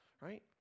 right